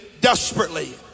desperately